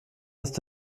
ist